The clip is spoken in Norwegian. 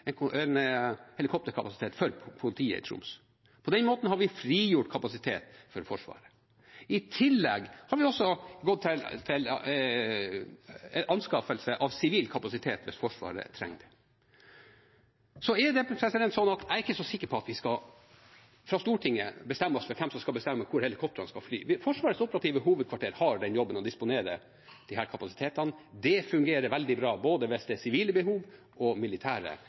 en helikopterkapasitet for politiet i Troms. På den måten har vi frigjort kapasitet for Forsvaret. I tillegg har vi også gått til anskaffelse av sivil kapasitet hvis Forsvaret trenger det. Så er jeg ikke så sikker på at vi fra Stortinget skal bestemme hvor helikoptrene skal fly. Forsvarets operative hovedkvarter har jobben med å disponere disse kapasitetene. Det fungerer veldig bra, både hvis det er sivile behov og hvis det er militære